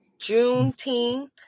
Juneteenth